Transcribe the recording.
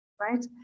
right